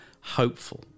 hopeful